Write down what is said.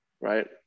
right